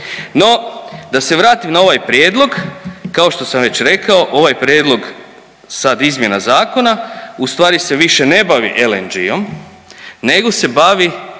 No, da se vratim na ovaj prijedlog. Kao što sam već rekao ovaj prijedlog sada izmjena zakona ustvari više se ne bavi LNG-om, nego se bavi